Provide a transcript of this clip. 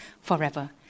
forever